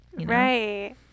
Right